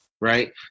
right